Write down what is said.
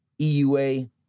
EUA